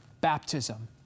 baptism